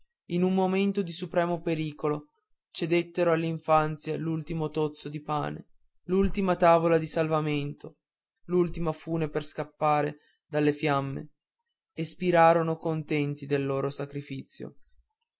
in un momento di supremo pericolo cedettero all'infanzia l'ultimo tozzo di pane l'ultima tavola di salvamento l'ultima fune per scampare alle fiamme e spirarono contenti del loro sacrificio